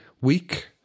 week